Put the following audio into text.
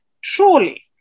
surely